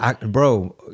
bro